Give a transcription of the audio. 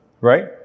right